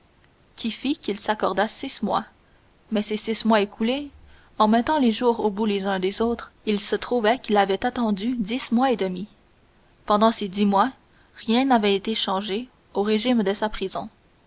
qui fit qu'il s'accorda six mois mais ces six mois écoulés en mettant les jours au bout les uns des autres il se trouvait qu'il avait attendu dix mois et demi pendant ces dix mois rien n'avait été changé au régime de sa prison